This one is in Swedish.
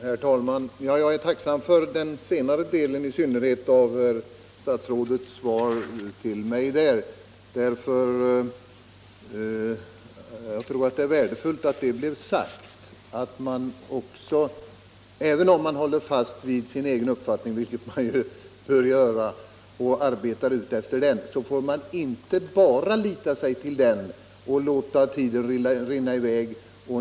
Herr talman! Jag är tacksam för i synnerhet den senare delen av herr statsrådets svar till mig. Det är värdefullt att det blev sagt att även om man håller fast vid sin egen uppfattning — vilket man bör göra — och arbetar utifrån den, får man inte bara förlita sig på den och låta tiden rinna i väg.